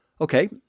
Okay